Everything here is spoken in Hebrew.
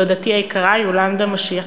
דודתי היקרה יולנדה משיח,